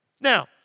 Now